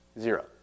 Zero